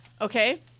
Okay